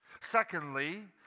Secondly